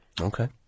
Okay